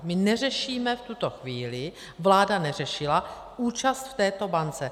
My neřešíme v tuto chvíli, vláda neřešila účast v této bance.